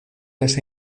las